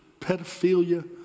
pedophilia